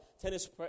tennis